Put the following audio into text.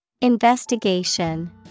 Investigation